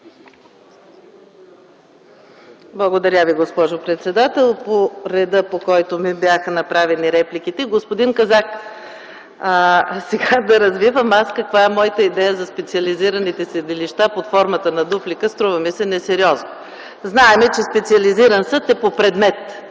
Благодаря Ви, госпожо председател. По реда, по който ми бяха направени репликите. Господин Казак, да развивам каква е моята идея за специализираните съдилища под формата на дуплика ми се струва несериозно. Знаем, че Специализиран съд е по предмет